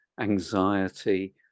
anxiety